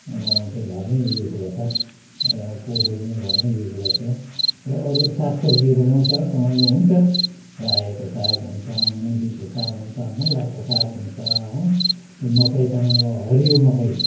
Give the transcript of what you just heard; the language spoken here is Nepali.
र त्यो घरमै युज गर्छ र कोदो पनि घरमै युज गर्थ्यो र अरू सागसब्जीहरू लगाउँछ तपाईँको हुन्छ रायोको साग हुन्छ मुलीको साग हुन्छ मुलाको साग हुन्छ हो त्यो मकै तपाईँको हरियो मकै